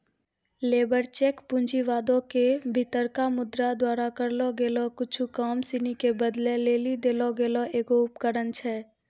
labour cheque पूँजीवादो के भीतरका मुद्रा द्वारा करलो गेलो कुछु काम सिनी के बदलै लेली देलो गेलो एगो उपकरण छै